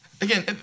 Again